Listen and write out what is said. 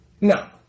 No